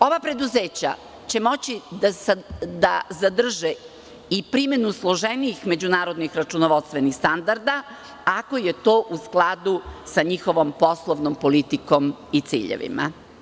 Ova preduzeća će moći da zadrže i primenu složenijih međunarodnih računovodstvenih standarda ako je to u skladu sa njihovom poslovnom politikom i ciljevima.